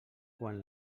quan